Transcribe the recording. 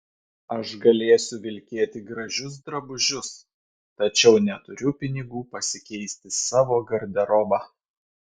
aš galėsiu vilkėti gražius drabužius tačiau neturiu pinigų pasikeisti savo garderobą